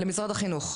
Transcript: למשרד החינוך,